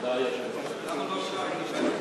תודה, היושב-ראש.